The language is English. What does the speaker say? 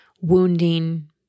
wounding